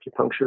acupuncture